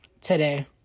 today